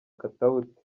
katauti